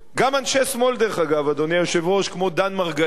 גם אנשי שמאל, אדוני היושב-ראש, כמו דן מרגלית,